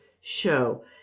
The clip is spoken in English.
show